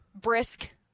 Brisk